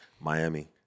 Miami